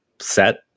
set